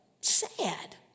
Sad